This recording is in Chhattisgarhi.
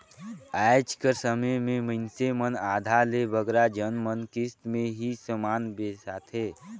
आएज कर समे में मइनसे मन आधा ले बगरा झन मन किस्त में ही समान बेसाथें